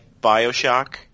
Bioshock